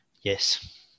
Yes